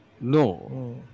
No